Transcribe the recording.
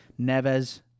Neves